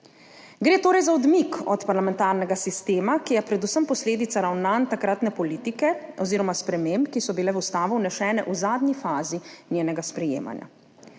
Gre torej za odmik od parlamentarnega sistema, ki je predvsem posledica ravnanj takratne politike oziroma sprememb, ki so bile v ustavo vnesene v zadnji fazi njenega sprejemanja.